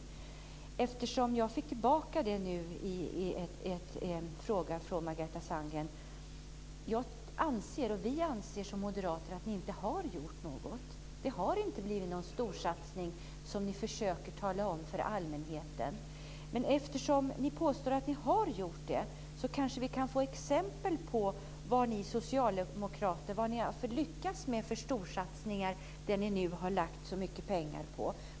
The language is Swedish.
Eftersom jag fick tillbaka detta nu i en fråga från Margareta Sandgren vill jag säga att jag och vi som moderater anser att ni inte har gjort något. Det har inte blivit någon storsatsning, som ni försöker tala om för allmänheten. Men eftersom ni påstår att ni har gjort det så kanske vi kan få exempel på vad ni socialdemokrater har lyckats med för storsatsningar där ni nu har lagt så mycket pengar.